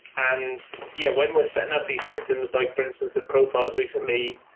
and yeah, when we're setting up these systems, like for instance the profiles recently,